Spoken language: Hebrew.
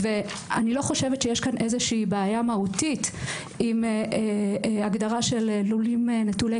אני לא חושבת שיש כאן איזושהי בעיה מהותית עם הגדרה של לולים נטולי